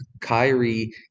Kyrie